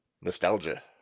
Nostalgia